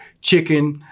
chicken